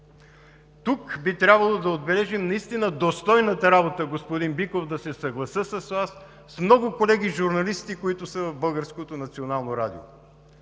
Тук би трябвало да отбележим наистина достойната работа, господин Биков, да се съглася с Вас, на много колеги журналисти, които са в